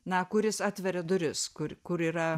na kuris atveria duris kur kur yra